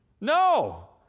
No